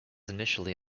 initially